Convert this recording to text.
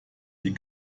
die